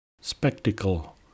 Spectacle